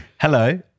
Hello